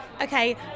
okay